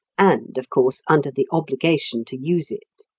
and, of course, under the obligation to use it.